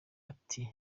ati